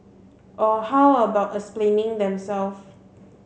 or how about explaining them self